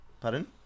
pardon